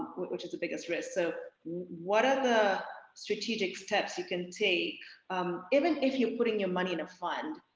which is the biggest risk. so what are the strategic steps you can take even if you are putting your money in a fund,